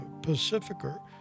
pacificer